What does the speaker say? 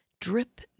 drip